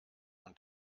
und